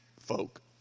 folk